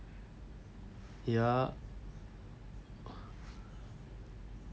yup